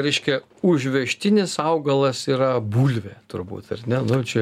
reiškia užvežtinis augalas yra bulvė turbūt ar ne nu čia